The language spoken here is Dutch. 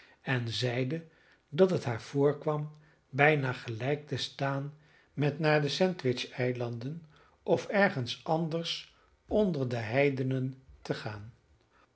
en zeide dat het haar voorkwam bijna gelijk te staan met naar de sandwich eilanden of ergens anders onder de heidenen te gaan